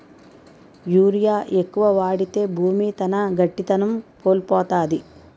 urea ఎక్కువ వాడితే భూమి తన గట్టిదనం కోల్పోతాది